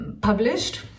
published